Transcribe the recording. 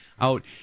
out